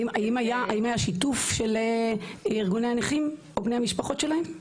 האם היה שיתוף של ארגוני הנכים או בני המשפחות שלכם?